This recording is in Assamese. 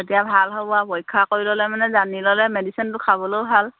এতিয়া ভাল হ'ব আৰু পৰীক্ষা কৰি ল'লে মানে জানি ল'লে মেডিচিনটো খাবলৈয়ো ভাল